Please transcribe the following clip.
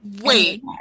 Wait